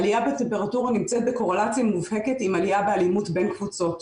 עלייה בטמפרטורה נמצאת בקורלציה מובהקת עם עלייה באלימות בין קבוצות.